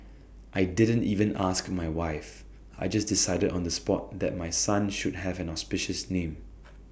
I didn't even ask my wife I just decided on the spot that my son should have an auspicious name